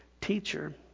teacher